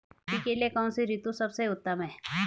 खेती के लिए कौन सी ऋतु सबसे उत्तम है?